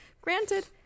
Granted